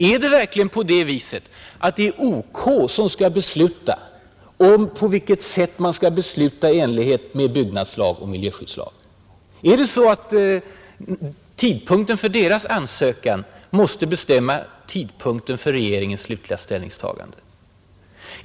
Är det verkligen på det viset att det är OK som skall avgöra med vilken tidtabell man skall besluta i enlighet med byggnadslag och miljöskyddslag? Är det så att tidpunkten för dess ansökan måste bestämma tidpunkten för regeringens slutliga ställningstagande?